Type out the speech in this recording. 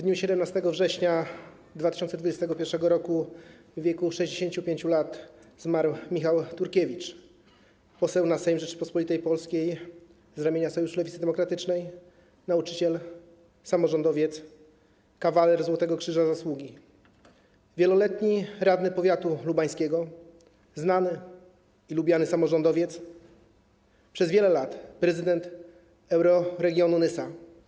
dniu 17 września 2021 r. w wieku 65 lat zmarł Michał Turkiewicz, poseł na Sejm Rzeczypospolitej Polskiej z ramienia Sojuszu Lewicy Demokratycznej, nauczyciel, samorządowiec, kawaler Złotego Krzyża Zasługi, wieloletni radny powiatu lubańskiego, znany i lubiany samorządowiec, przez wiele lat prezydent Euroregionu Nysa.